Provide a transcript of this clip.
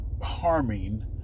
harming